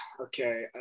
okay